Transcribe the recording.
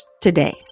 today